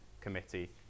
Committee